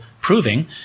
proving